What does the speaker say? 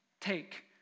take